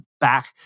back